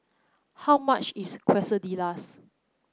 how much is Quesadillas